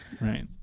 Right